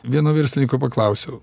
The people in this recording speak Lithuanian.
vieno verslininko paklausiau